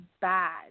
bad